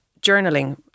journaling